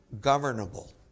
governable